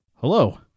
Hello